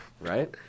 Right